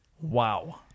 Wow